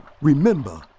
Remember